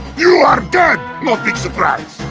you are dead, not big surprise.